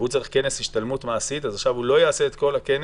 אם הוא צריך כנס השתלמות מעשית אז עכשיו הוא לא יעשה את כל הכנס